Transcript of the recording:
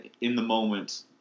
in-the-moment